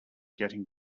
getting